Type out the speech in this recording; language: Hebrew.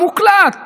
מוקלט.